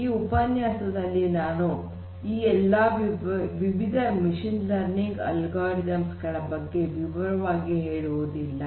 ಈ ಉಪನ್ಯಾಸದಲ್ಲಿ ನಾನು ಈ ಎಲ್ಲ ವಿವಿಧ ಮಷೀನ್ ಲರ್ನಿಂಗ್ ಅಲ್ಗೊರಿದಮ್ಸ್ ಗಳ ಬಗ್ಗೆ ವಿವರವಾಗಿ ಹೇಳುವುದಿಲ್ಲ